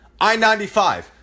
I-95